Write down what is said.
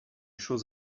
choses